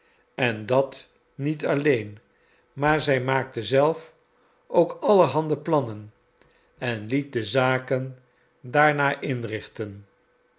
en dat niet alleen maar zij maakte zelf ook allerhande plannen en liet de zaken daarnaar inrichten